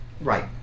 Right